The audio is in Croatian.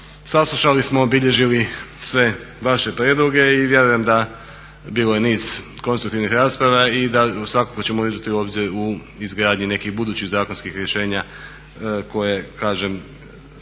Saslušali smo, bilježili sve vaše prijedloge i vjerujem da bilo je niz konstruktivnih rasprava i da svakako ćemo ih uzeti u obzir u izgradnji nekih budućih zakonskih rješenja koje kažem